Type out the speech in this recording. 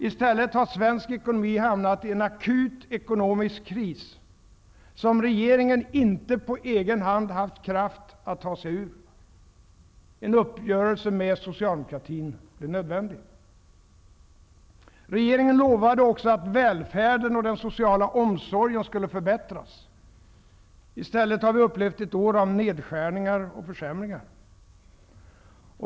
I stället har svensk ekonomi hamnat i en akut ekonomisk kris, som regeringen inte på egen hand haft kraft att ta sig ur. En uppgörelse med socialdemokratin blev nödvändig. Regeringen lovade också att välfärden och den sociala omsorgen skulle förbättras. I stället har vi upplevt ett år av nedskärningar och försämringar.